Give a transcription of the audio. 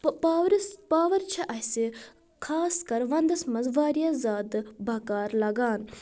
پاورس power چھ اَسہِ خاص کر ونٛدس منٛز واریاہ زیٛادٕ بکار لگان